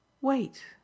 Wait